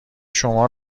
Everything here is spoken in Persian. شما